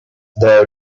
there